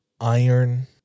iron